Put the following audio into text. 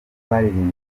baririmbaga